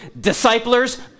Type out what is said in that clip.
disciples